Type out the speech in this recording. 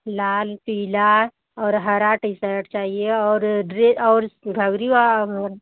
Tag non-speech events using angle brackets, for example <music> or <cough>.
लाल पीला और हरा टी शर्ट चाहिए और ड्रेस और घघरी <unintelligible>